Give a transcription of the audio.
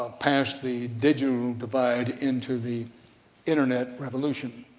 ah past the digital divide into the internet revolution.